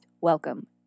welcome